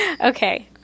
Okay